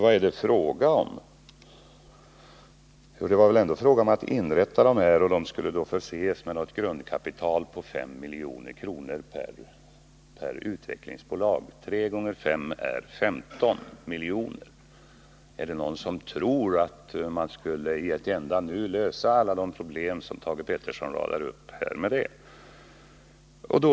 Vad det var fråga om var väl ändå att inrätta tre utvecklingsbolag, som vart och ett skulle förses med ett grundkapital på 5 milj.kr. Tre gånger fem är femton. Är det någon som tror att man i ett enda slag skulle kunna lösa alla de problem som Thage Peterson räknar upp här med 15 miljoner?